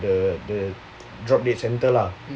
the the drop dead centre lah